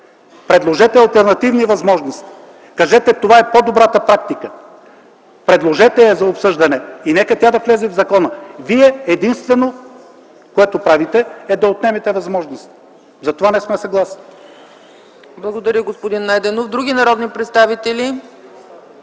Предложете алтернативни възможности, кажете: това е по-добрата практика. Предложете я за обсъждане и нека тя да влезе в закона. Единственото, което вие правите, е да отнемате възможности. Затова не сме съгласни. ПРЕДСЕДАТЕЛ ЦЕЦКА ЦАЧЕВА: Благодаря, господин Найденов. Други народни представители?